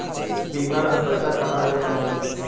बीमा क पैसा कहाँ जमा होई?